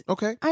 Okay